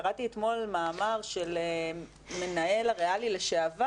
קראתי אתמול מאמר של מנהל הריאלי לשעבר.